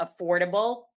affordable